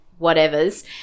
whatevers